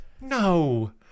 No